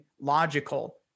logical